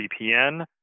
VPN